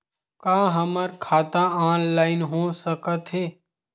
का हमर खाता ऑनलाइन हो सकथे?